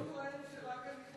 אני לא טוען שרק הליכוד אשם.